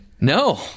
No